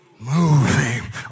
Moving